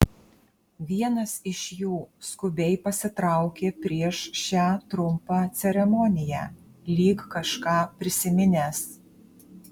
vienas iš jų skubiai pasitraukė prieš šią trumpą ceremoniją lyg kažką prisiminęs